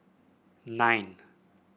nine